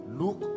look